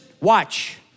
watch